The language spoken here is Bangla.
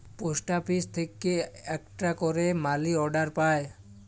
পোস্ট আপিস থেক্যে আকটা ক্যারে মালি অর্ডার পায়